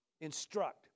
instruct